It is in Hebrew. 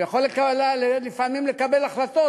הוא יכול לפעמים לקבל החלטות,